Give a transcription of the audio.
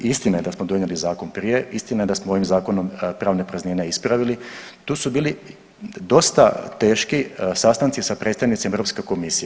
Jer istina je da smo donijeli zakon prije, istina je da smo ovim zakonom pravne praznine ispravili tu su bili dosta teški sastanci sa predstavnicima Europske komisije.